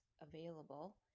available